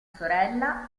sorella